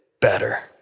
better